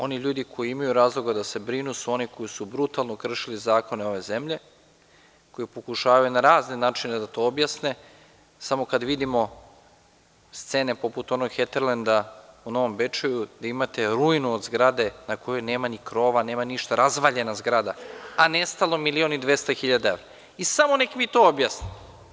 Oni ljudi koji imaju razloga da se brinu su oni koji su brutalno kršili zakone ove zemlje, koji pokušavaju na razne načine da to objasne i samo kada vidimo scene poput onog „Heterlenda“ u Novom Bečeju, gde imate ruinu od zgrade, na kojoj nema ni krova, nema ništa, razvaljena zgrada, a nestalo milion i 200.000 i samo neka mi to objasne.